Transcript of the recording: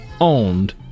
owned